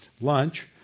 lunch